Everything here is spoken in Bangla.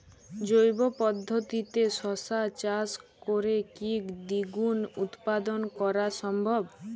জৈব পদ্ধতিতে শশা চাষ করে কি দ্বিগুণ উৎপাদন করা সম্ভব?